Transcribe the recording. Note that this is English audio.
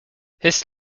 his